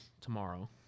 tomorrow